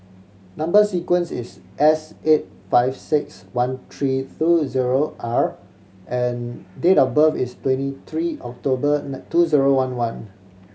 number sequence is S eight five six one three throw zero R and date of birth is twenty three October two zero one one